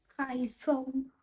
iPhone